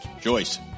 Joyce